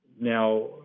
Now